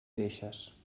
deixes